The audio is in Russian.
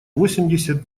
восемьдесят